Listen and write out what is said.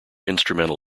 instrumental